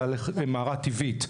מערה טבעית.